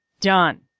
Done